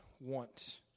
want